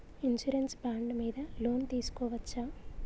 Insurance bond మీద loan తీస్కొవచ్చా?